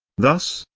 thus,